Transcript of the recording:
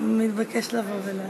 מתבקש לבוא ולהשיב.